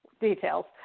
details